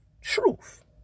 Truth